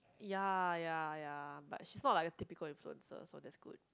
ya ya ya but she's not like a typical influencer so that's good